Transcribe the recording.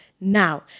now